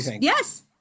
yes